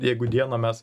jeigu dieną mes